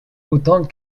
autant